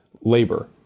labor